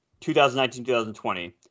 2019-2020